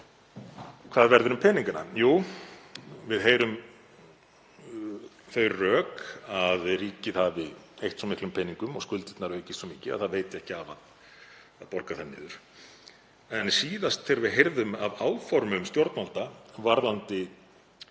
Hvað verður um peningana? Jú, við heyrum þau rök að ríkið hafi eytt svo miklum peningum og skuldirnar aukist svo mikið að það veiti ekki af að borga þær niður. En síðast þegar við heyrðum af áformum stjórnvalda varðandi